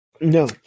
No